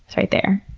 right there.